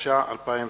התש"ע 2010,